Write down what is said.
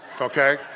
okay